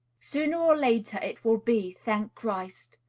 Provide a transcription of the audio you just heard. sooner or later it will be, thank christ!